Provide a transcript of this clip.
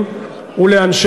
ודאי.